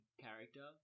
character